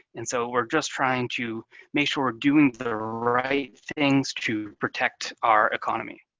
and so we're just trying to make sure we're doing the right things to protect our economy.